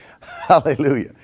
Hallelujah